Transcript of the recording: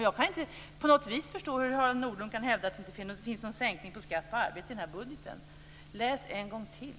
Jag kan inte förstå hur Harald Nordlund kan hävda att det inte finns någon sänkning på skatt på arbete i budgeten. Läs en gång till!